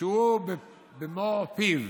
שקרא במו פיו